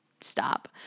stop